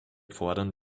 fordern